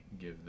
give